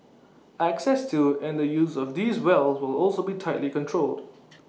access to and the use of these wells will also be tightly controlled